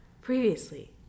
Previously